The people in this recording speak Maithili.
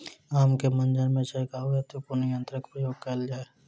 आम केँ मंजर मे छिड़काव हेतु कुन यंत्रक प्रयोग कैल जाय?